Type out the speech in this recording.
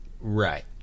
Right